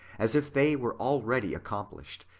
as if they were already accomplished,